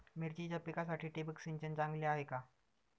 मिरचीच्या पिकासाठी ठिबक सिंचन चांगले आहे का?